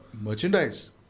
merchandise